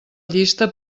llista